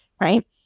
right